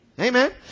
amen